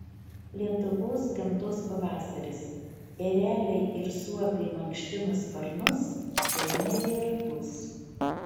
lietuvos gamtos pavasaris ereliai ir suopiai mankština sparnus danieliai ragus